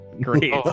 Great